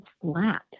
flat